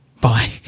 Bye